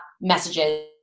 messages